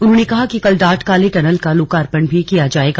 उन्होंने कहा कि कल डाट काली टनल का लोकार्पण भी किया जायेगा